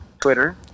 Twitter